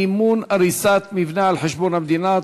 מימון הריסת מבנה על חשבון המדינה),